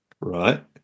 Right